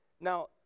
Now